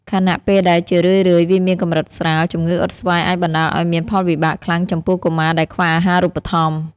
ខណៈពេលដែលជារឿយៗវាមានកម្រិតស្រាល ជំងឺអុតស្វាយអាចបណ្តាលឱ្យមានផលវិបាកខ្លាំងចំពោះកុមារដែលខ្វះអាហារូបត្ថម្ភ។